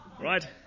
Right